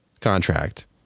contract